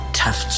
tough